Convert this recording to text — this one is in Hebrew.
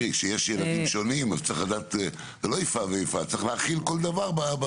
תראי, כשיש ילדים שונים, צריך להכיל כל דבר .